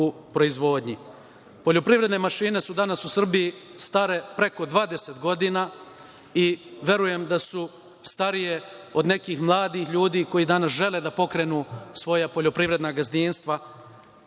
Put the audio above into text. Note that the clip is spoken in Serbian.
Poljoprivredne mašine su danas u Srbiji stare preko 20 godina i verujem da su starije od nekih mladih ljudi koji danas žele da pokrenu svoja poljoprivredna gazdinstva.